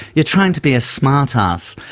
you're trying to be a smart arse.